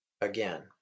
Again